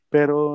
Pero